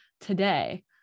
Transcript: today